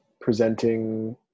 presenting